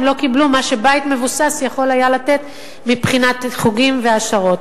לא קיבלו מה שבית מבוסס יכול היה לתת מבחינת חוגים והעשרות.